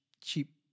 cheap